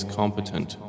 competent